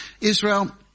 Israel